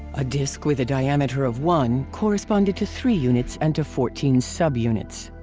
a disc with a diameter of one corresponded to three units and to fourteen subunits.